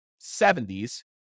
70s